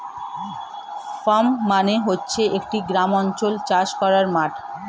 farm মানে হচ্ছে একটা গ্রামাঞ্চলে চাষ করার মাঠ